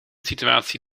situatie